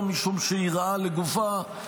לא משום שהיא רעה לגופה,